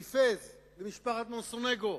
מפס, למשפחת מונסנגו,